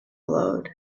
glowed